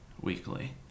weekly